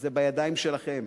זה בידיים שלכם.